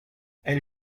elle